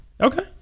Okay